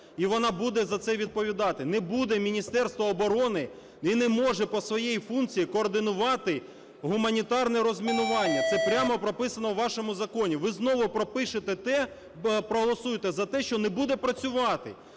і вона буде за це відповідати. Не буде Міністерство оборони і не може по своїй функції координувати гуманітарне розмінування. Це прямо прописано у вашому законі. Ви знову пропишете те, проголосуєте за те, що не буде працювати.